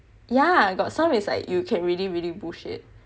yah got some is like you can really really bullshit